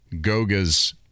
Goga's